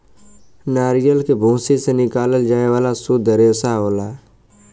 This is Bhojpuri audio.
नरियल के भूसी से निकालल जाये वाला सुद्ध रेसा होला